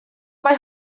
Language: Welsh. mae